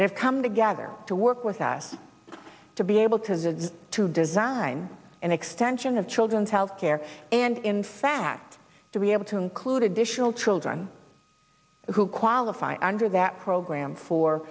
have come together to work with us to be able to to design an extension of children's health care and in fact to be able to include additional children who qualify under that program for